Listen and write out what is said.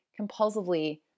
compulsively